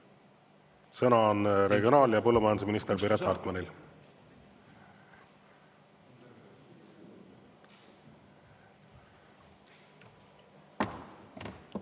Sõna on regionaal‑ ja põllumajandusminister Piret Hartmanil.